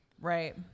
Right